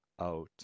out